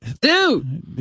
Dude